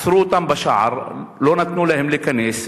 עצרו אותם בשער, לא נתנו להם להיכנס.